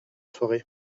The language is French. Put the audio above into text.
soirée